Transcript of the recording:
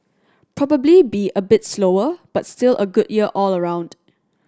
probably be a bit slower but still a good year all around